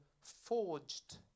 forged